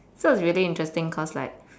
so it's really interesting cause like